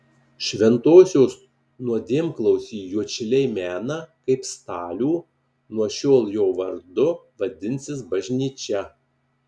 šventosios nuodėmklausį juodšiliai mena kaip stalių nuo šiol jo vardu vadinsis bažnyčia